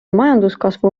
majanduskasvu